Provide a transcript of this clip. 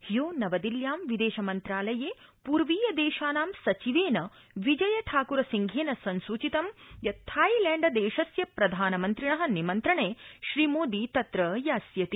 द्वो नवदिल्यां विदेश मन्त्रालये पूर्वीयदेशानां सचिवेन विजय ठाकुर सिंहेन संसूचितं यत् थाईलैण्ड देशस्य प्रधानमन्त्रिण निमन्त्रणे श्रीमोदी तत्र यास्यति